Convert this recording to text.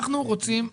אנחנו רוצים,